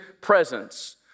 presence